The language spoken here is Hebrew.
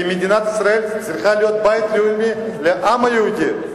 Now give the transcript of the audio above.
כי מדינת ישראל צריכה להיות בית לאומי לעם היהודי,